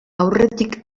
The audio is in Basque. aurretik